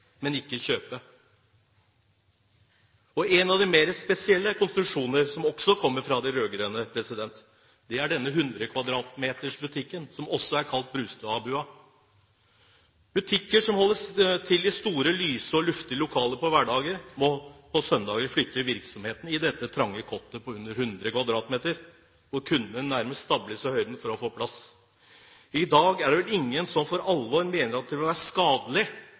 men ikke kjøpe. En av de mer spesielle konstruksjoner som også kommer fra de rød-grønne, det er denne 100 m2-butikken, som også er kalt Brustad-bua. Butikker som holder til i store, lyse og luftige lokaler på hverdager, må på søndager flytte virksomheten til dette trange kottet på under 100 m2, hvor kundene nærmest stables i høyden for å få plass. I dag er det vel ingen som for alvor mener at det vil være skadelig